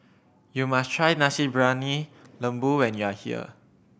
you must try Nasi Briyani Lembu when you are here